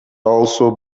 also